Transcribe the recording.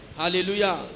hallelujah